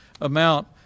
amount